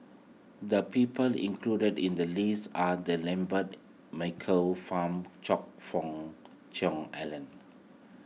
the people included in the list are the Lambert Michael Fam Choe Fook Cheong Alan